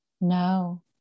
no